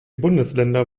bundesländer